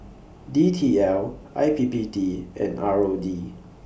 D T L I P P T and R O D